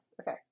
Okay